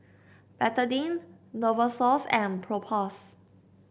Betadine Novosource and Propass